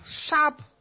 sharp